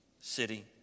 city